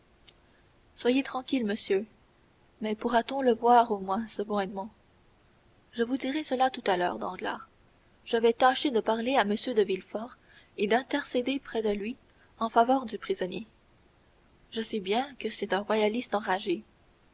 soyez tranquille monsieur mais pourra-t-on le voir au moins ce bon edmond je vous dirai cela tout à l'heure danglars je vais tâcher de parler à m de villefort et d'intercéder près de lui en faveur du prisonnier je sais bien que c'est un royaliste enragé